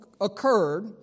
occurred